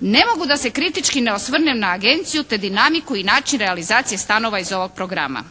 ne mogu da se kritički ne osvrnem na agenciju te dinamiku i način realizacije stanova iz ovog programa.